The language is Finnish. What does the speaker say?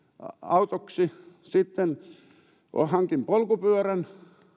autoksi sitten hankin polkupyörän